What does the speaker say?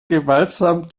gewaltsam